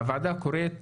הוועדה קוראת